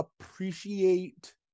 appreciate